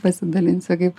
pasidalinsiu kaip